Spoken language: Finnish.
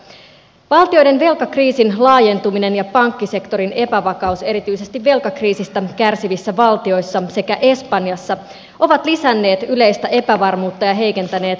valtioiden velkakriisin laajentuminen ja pankkisektorin epävakaus erityisesti velkakriisistä kärsivissä valtioissa sekä espanjassa ovat lisänneet yleistä epävarmuutta ja heikentäneet talousnäkymiä